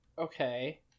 Okay